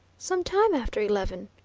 some time after eleven,